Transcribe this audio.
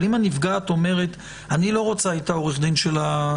אבל אם הנפגעת אומרת שהיא לא רוצה את עורך הדין של המדינה,